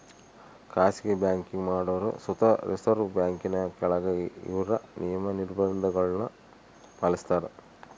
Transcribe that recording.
ಖಾಸಗಿ ಬ್ಯಾಂಕಿಂಗ್ ಮಾಡೋರು ಸುತ ರಿಸರ್ವ್ ಬ್ಯಾಂಕಿನ ಕೆಳಗ ಅವ್ರ ನಿಯಮ, ನಿರ್ಭಂಧಗುಳ್ನ ಪಾಲಿಸ್ತಾರ